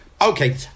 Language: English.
Okay